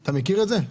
אתה מכיר את זה?